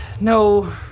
No